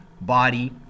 body